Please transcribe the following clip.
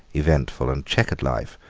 eventful, and chequered life,